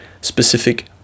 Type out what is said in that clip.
specific